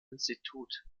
institut